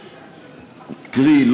קרי,